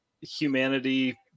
humanity